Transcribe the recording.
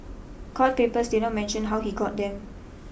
court papers did not mention how he got them